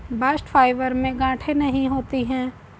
bast fibre में गांठे नहीं होती है